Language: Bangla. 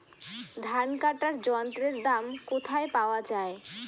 ধান কাটার যন্ত্রের দাম কোথায় পাওয়া যায়?